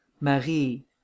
Marie